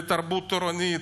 לתרבות תורנית.